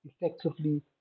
effectively